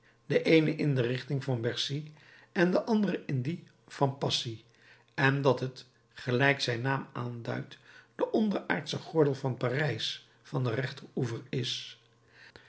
den eenen in de richting van bercy den anderen in die van passy en dat het gelijk zijn naam aanduidt de onderaardsche gordel van parijs van den rechteroever is